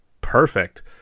perfect